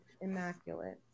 immaculate